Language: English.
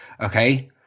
Okay